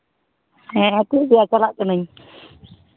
ᱦᱮᱸ ᱴᱷᱤᱠ ᱜᱮᱭᱟ ᱪᱟᱞᱟᱜ ᱠᱟᱹᱱᱟᱹᱧ